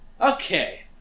okay